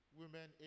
women